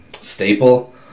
staple